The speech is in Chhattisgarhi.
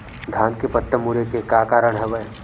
धान के पत्ता मुड़े के का कारण हवय?